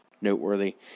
noteworthy